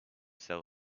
sell